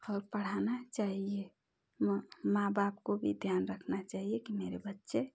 और पढ़ाना चाहिए माँ बाप को भी ध्यान रखना चाहिए कि मेरे बच्चे